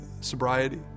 sobriety